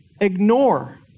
ignore